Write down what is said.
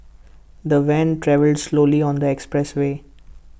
the van travelled slowly on the expressway